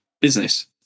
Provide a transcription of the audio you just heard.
business